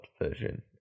version